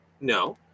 No